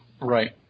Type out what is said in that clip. Right